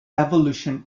evolution